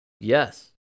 Yes